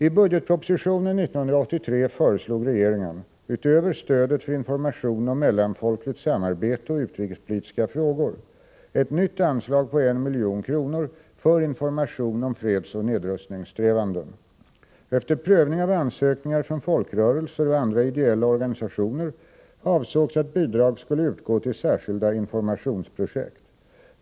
I budgetpropositionen 1983 föreslog regeringen, utöver stödet för information om mellanfolkligt samarbete och utrikespolitiska frågor, ett nytt anslag på 1 milj.kr. för information om fredsoch nedrustningssträvanden. Efter prövning av ansökningar från folkrörelser och andra ideella organisationer avsågs att bidrag skulle utgå till särskilda informationsprojekt.